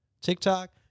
TikTok